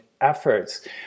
efforts